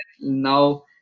Now